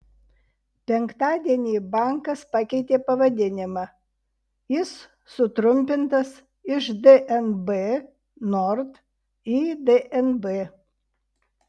penktadienį bankas pakeitė pavadinimą jis sutrumpintas iš dnb nord į dnb